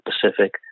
Pacific